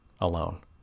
alone